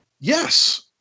Yes